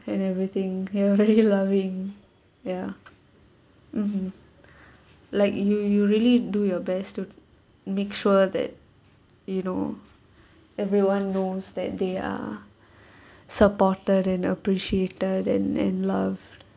and everything you're very loving ya mmhmm like you you really do your best to make sure that you know everyone knows that they are supported and appreciated and and loved